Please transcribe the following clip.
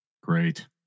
Great